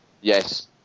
Yes